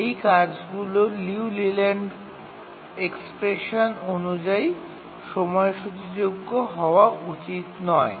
এই কাজগুলি লিউ লেল্যান্ড এক্সপ্রেশন অনুযায়ী সময়সূচীযোগ্য হওয়া উচিত নয়